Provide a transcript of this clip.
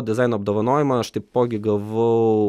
dizaino apdovanojimą aš taipogi gavau